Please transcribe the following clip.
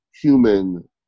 human